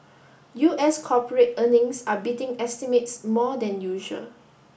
U S corporate earnings are beating estimates more than usual